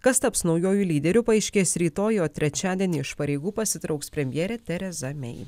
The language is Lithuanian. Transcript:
kas taps naujuoju lyderiu paaiškės rytoj o trečiadienį iš pareigų pasitrauks premjerė tereza mei